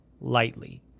lightly